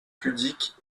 pudique